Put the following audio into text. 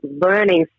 learning